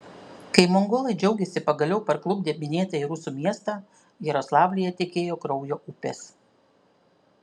kai mongolai džiaugėsi pagaliau parklupdę minėtąjį rusų miestą jaroslavlyje tekėjo kraujo upės